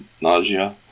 nausea